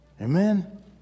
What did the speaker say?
Amen